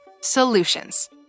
solutions